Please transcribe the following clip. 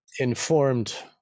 informed